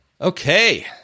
Okay